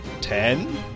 ten